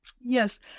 Yes